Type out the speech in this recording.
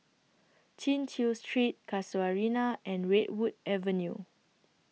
Chin Chew Street Casuarina and Redwood Avenue